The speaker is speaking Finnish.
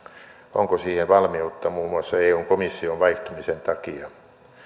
onko siihen valmiutta muun muassa eun komission vaihtumisen takia